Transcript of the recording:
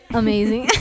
amazing